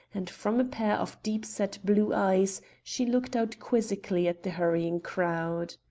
and from a pair of deep-set blue eyes she looked out quizzically at the hurrying crowd.